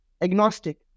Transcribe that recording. agnostic